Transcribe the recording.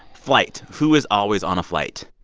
flight who is always on a flight?